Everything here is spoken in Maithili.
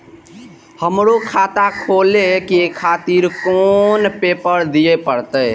हमरो खाता खोले के खातिर कोन पेपर दीये परतें?